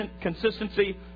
consistency